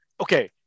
okay